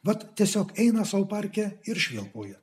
mat tiesiog eina sau parke ir švilpauja